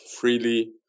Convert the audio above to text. freely